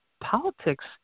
Politics